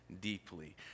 deeply